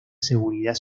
seguridad